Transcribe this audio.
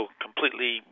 completely